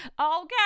okay